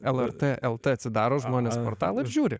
lrt lt atsidaro žmonės portalą ir žiūri